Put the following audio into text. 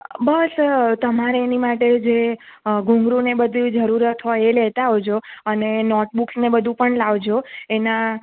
બસ તમારે એની માટે જે ઘૂંઘરું ને એ બધું ય જરૂરત હોય એ લેતા આવજો અને નોટ બુક્સ ને બધું પણ લાવજો એના